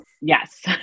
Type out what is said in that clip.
Yes